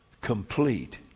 complete